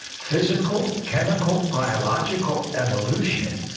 physical, chemical, biological evolution,